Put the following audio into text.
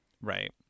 Right